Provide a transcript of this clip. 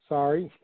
Sorry